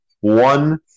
one